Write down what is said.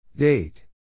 Date